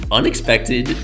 unexpected